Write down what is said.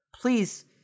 please